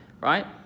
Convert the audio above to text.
right